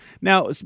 Now